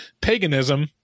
paganism